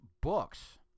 books